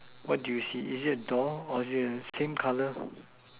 what do you see is it a door or is it a skin colour